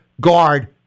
guard